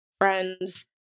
friends